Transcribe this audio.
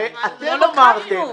לא לקחנו.